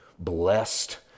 blessed